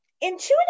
intuitive